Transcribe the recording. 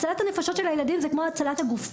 הצלת הנפשות של הילדים זה כמו הצלת הגוף,